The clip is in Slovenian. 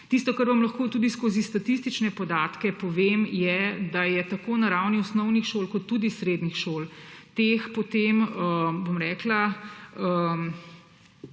Tisto, kar vam lahko tudi skozi statistične podatke povem, je, da je tako na ravni osnovnih šol kot tudi srednjih šol teh potem različnih